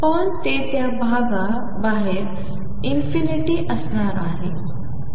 पण ते त्या भागा बाहेर ∞ असणार आहे